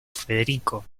federico